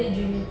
mm